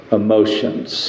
emotions